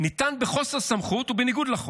ניתן בחוסר סמכות ובניגוד לחוק.